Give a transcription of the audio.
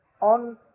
On